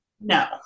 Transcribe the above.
no